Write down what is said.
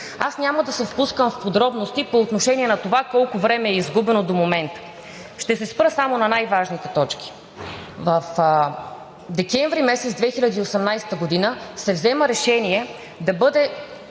Аз няма да се впускам в подробности по отношение на това колко време е изгубено до момента. Ще се спра само на най-важните точки. Декември месец 2018 г. се взема решение да бъде